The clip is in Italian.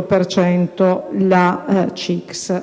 per la CIGS.